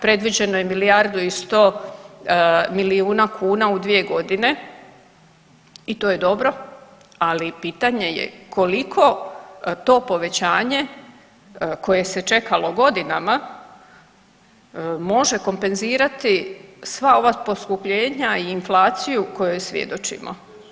Predviđeno je milijardu i 100 milijuna kuna u 2 godine i to je dobro, ali pitanje je koliko to povećanje koje se čekalo godinama može kompenzirati sva ova poskupljenja i inflaciju kojoj svjedočimo.